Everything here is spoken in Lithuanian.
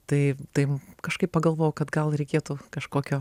tai tai kažkaip pagalvojau kad gal reikėtų kažkokio